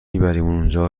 اونجا